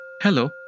Hello